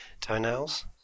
toenails